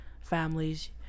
families